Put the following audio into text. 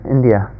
India